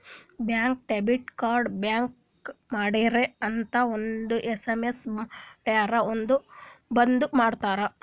ಬ್ಯಾಂಕ್ಗ debit card block ಮಾಡ್ರಿ ಅಂತ್ ಒಂದ್ ಎಸ್.ಎಮ್.ಎಸ್ ಮಾಡುರ್ ಬಂದ್ ಮಾಡ್ತಾರ